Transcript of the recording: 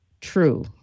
True